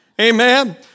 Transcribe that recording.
Amen